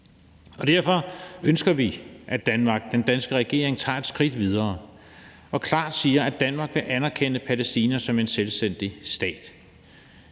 Derfor ønsker vi, at Danmark, den danske regering, tager et skridt videre og klart siger, at Danmark vil anerkende Palæstina som en selvstændig stat.